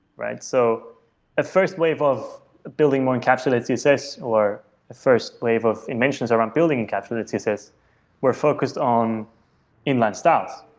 so a first wave of building more encapsulate css, or a first wave of it mentions around building encapsulate css were focused on inline styles.